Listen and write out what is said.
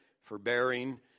forbearing